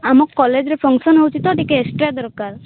ଆମ କଲେଜରେ ଫଙ୍କସନ୍ ହେଉଛି ତ ଟିକେ ଏକ୍ସଟ୍ରା ଦରକାର